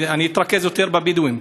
אתרכז יותר בבדואים.